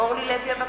אורלי לוי אבקסיס,